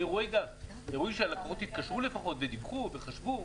יראו שהלקוחות התקשרו לפחות ודיווחו, וחשבו.